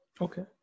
Okay